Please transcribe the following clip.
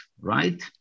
right